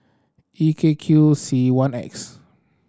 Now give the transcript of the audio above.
E K Q C one X